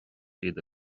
siad